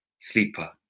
sleeper